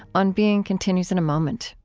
on being continues in a moment